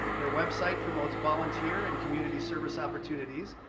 her website promotes volunteer and community service opportunities,